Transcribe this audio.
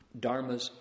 dharmas